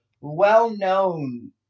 well-known